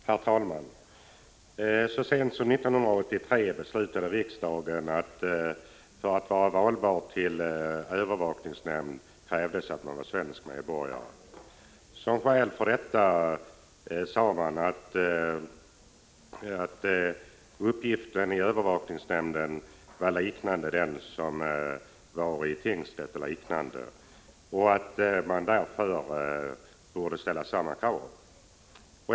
Herr talman! Så sent som 1983 beslutade riksdagen att man för att vara valbar till övervakningsnämnd måste vara svensk medborgare. Som skäl för detta anfördes att uppgiften i övervakningsnämnden liknade motsvarande uppgift it.ex. tingsrätt och att det därför borde ställas samma krav.